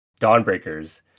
Dawnbreakers